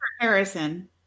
Harrison